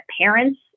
parents